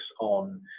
on